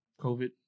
COVID